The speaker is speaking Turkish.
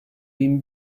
bin